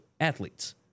athletes